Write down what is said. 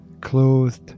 clothed